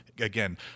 Again